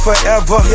forever